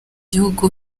bihugu